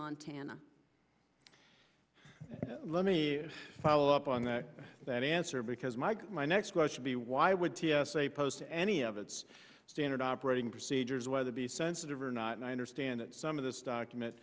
montana let me follow up on that that answer because mark my next question be why would t s a post any of it's standard operating procedures whether be sensitive or not and i understand that some of this document